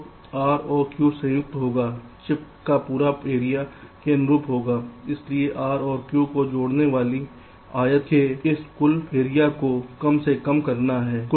तो Rऔर Q संयुक्त होगा चिप का पूरा एरिया के अनुरूप होंगे इसलिए R और Q को जोड़ने वाली आयत के इस कुल एरियाको कम से कम करना है